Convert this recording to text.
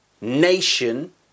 nation